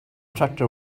tractor